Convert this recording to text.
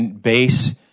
base